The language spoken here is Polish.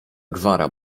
gwara